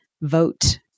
vote